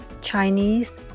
Chinese